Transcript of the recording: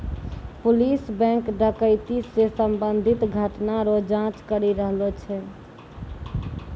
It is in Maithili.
पुलिस बैंक डकैती से संबंधित घटना रो जांच करी रहलो छै